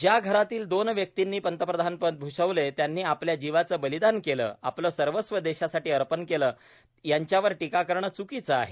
ज्या घरातील दोन व्यक्तींनी पंतप्रधानपद भूषवले त्यांनी आपल्या जीवाचे बलीदान केले आपले सर्वस्व देशासाठी अर्पण केले यांच्यावर टिका करणे चूकीचे आहे